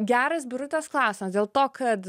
geras birutės klausimas dėl to kad